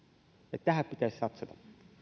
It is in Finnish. tähän pitäisi satsata